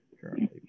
Currently